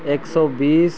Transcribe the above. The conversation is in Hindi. एक सौ बीस